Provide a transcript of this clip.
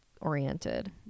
oriented